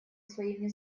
своими